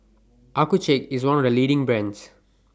Accucheck IS one of The leading brands